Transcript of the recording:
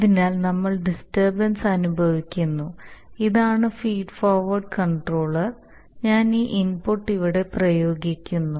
അതിനാൽ നമ്മൾ ഡിസ്റ്റർബൻസ് അനുഭവിക്കുന്നു ഇതാണ് ഫീഡ് ഫോർവേർഡ് കൺട്രോളർ ഞാൻ ഈ ഇൻപുട്ട് ഇവിടെ പ്രയോഗിക്കുന്നു